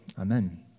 Amen